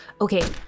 okay